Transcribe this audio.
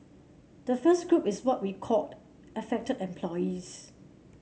the first group is what we called affected employees